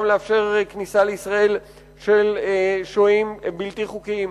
לאפשר כניסה לישראל של שוהים בלתי חוקיים.